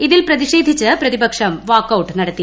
ഇതിൽ പ്രതിഷേധിച്ച് പ്രതിപക്ഷം വാക്കൌട്ട് നടത്തി